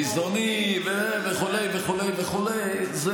ביזיוני וכו' וכו' וכו' כמו תומכי טרור וכו'?